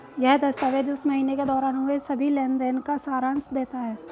यह दस्तावेज़ उस महीने के दौरान हुए सभी लेन देन का सारांश देता है